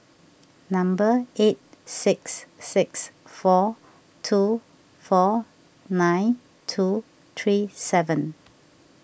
number eight six six four two four nine two three seven